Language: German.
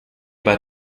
bei